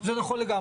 אני רק אגיד,